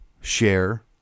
share